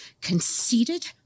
conceited